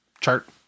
chart